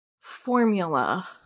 formula